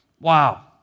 Wow